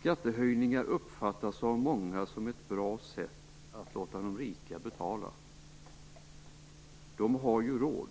Skattehöjningar uppfattas av många som ett bra sätt att låta de rika betala - de har ju råd.